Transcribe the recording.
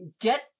get